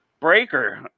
Breaker